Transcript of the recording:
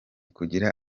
kugira